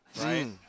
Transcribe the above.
Right